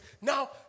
Now